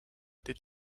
did